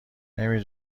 نمی